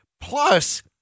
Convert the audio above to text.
Plus